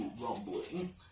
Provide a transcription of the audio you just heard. rumbling